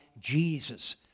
Jesus